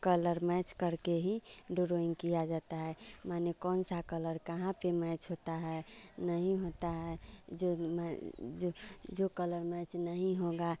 colour match करके ही drawing किया जाता है माने कौन सा कलर कहाँ पर मैच होता है नहीं होता है जो मैं जो जो कलर मैच नहीं होगा